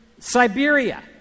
Siberia